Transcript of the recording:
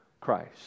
Christ